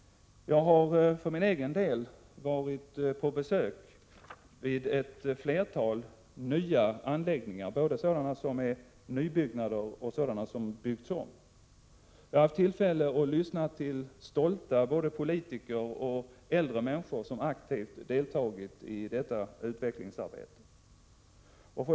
Jag har varit på besök vid ett flertal nya anläggningar, både sådana som är nybyggnader och sådana som byggts om. Jag har haft tillfälle att lyssna till både stolta politiker och stolta äldre människor, som aktivt deltagit i detta utvecklingsarbete.